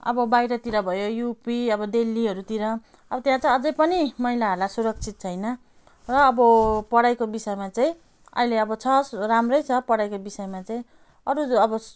अब बाहिरतिर भयो युपी अब दिल्लीहरूतिर अब त्यहाँ चाहिँ अझै पनि महिलाहरूलाई सुरक्षित छैन र अब पढाइको विषयमा चाहिँ आहिले अब छ राम्रै छ पढाइको विषयमा चाहिँ अरू अब